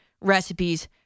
recipes